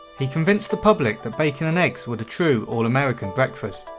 he convinced the public that bacon and eggs were the true all-american breakfast.